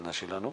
הקטנטנה שלנו.